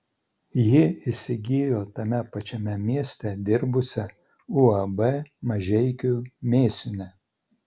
ji įsigijo tame pačiame mieste dirbusią uab mažeikių mėsinę